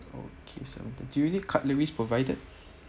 okay seven-thirty do you need cutleries provided